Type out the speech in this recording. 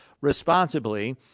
responsibly